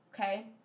okay